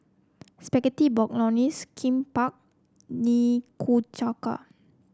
Spaghetti Bolognese Kimbap Nikujaga